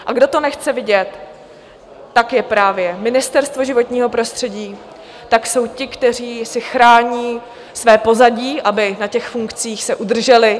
A kdo to nechce vidět, tak je právě Ministerstvo životního prostředí, tak jsou ti, kteří si chrání své pozadí, aby na těch funkcích se udrželi.